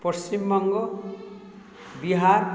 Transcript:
Paschimbanga Bihar